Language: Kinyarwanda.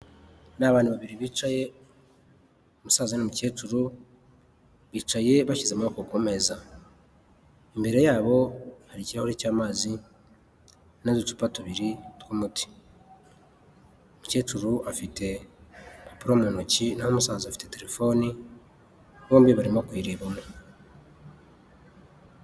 Ni abantu babiri bicaye, umusaza n'umukecuru, bicaye bashyize amaboko ku meza. Imbere yabo hari ikirahuri cy'amazi n'uducupa tubiri tw'umuti. Umukecuru afite urupapuro mu ntoki, naho umusaza afite terefoni, bombi barimo kuyirebamo.